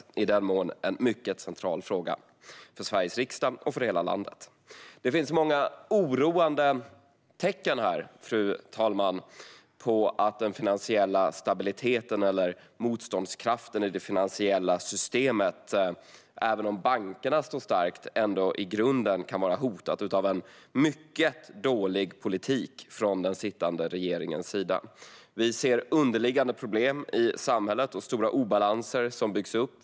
I denna mån är finansiell stabilitet en mycket central fråga för Sveriges riksdag och för hela landet. Det finns många oroande tecken här, fru talman, på att den finansiella stabiliteten eller motståndskraften i det finansiella systemet ändå i grunden kan vara hotad - även om bankerna står starka - av en mycket dålig politik från den sittande regeringen. Det finns underliggande problem i samhället och stora obalanser som har byggts upp.